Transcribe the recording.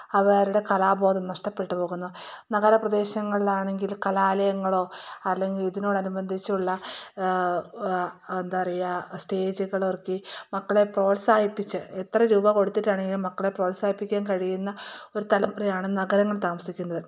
അവരുടെ കലാബോധം നഷ്ടപ്പെട്ട് പോകുന്നു നഗര പ്രദേശങ്ങളിലാണെങ്കിൽ കലാലയങ്ങളോ അല്ലെങ്കിൽ ഇതിനോടനുബന്ധിച്ചുള്ള എന്താ പറയാ സ്റ്റേജുകളിറക്കി മക്കളെ പ്രോത്സാഹിപ്പിച്ച് എത്ര രൂപ കൊടുത്തിട്ടാണെങ്കിലും മക്കളെ പ്രോത്സാഹിപ്പിക്കാൻ കഴിയുന്ന ഒരു തലമുറയാണ് നഗരങ്ങളിൽ താമസിക്കുന്നത്